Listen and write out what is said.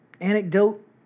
anecdote